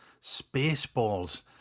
Spaceballs